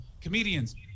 comedians